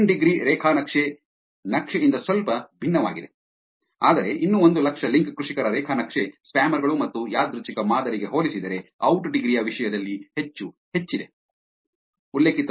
ಇನ್ degree ರೇಖಾ ನಕ್ಷೆ ನಕ್ಷೆಯಿಂದ ಸ್ವಲ್ಪ ಭಿನ್ನವಾಗಿದೆ ಆದರೆ ಇನ್ನೂ ಒಂದು ಲಕ್ಷ ಲಿಂಕ್ ಕೃಷಿಕರ ರೇಖಾ ನಕ್ಷೆ ಸ್ಪ್ಯಾಮರ್ ಗಳು ಮತ್ತು ಯಾದೃಚ್ಛಿಕ ಮಾದರಿಗೆ ಹೋಲಿಸಿದರೆ ಔಟ್ ಡಿಗ್ರಿ ಯ ವಿಷಯದಲ್ಲಿ ಹೆಚ್ಚು ಹೆಚ್ಚಿದೆ